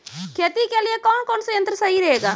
खेती के लिए कौन कौन संयंत्र सही रहेगा?